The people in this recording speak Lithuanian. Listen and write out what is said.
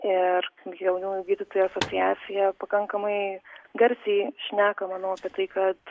ir jaunųjų gydytojų asociacija pakankamai garsiai šneka manau apie tai kad